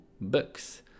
books